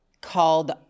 called